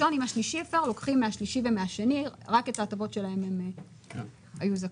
לוקחים מהשלישי ומהשני רק את ההטבות שלהן הם היו זכאים.